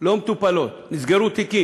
לא מטופלות, נסגרו תיקים,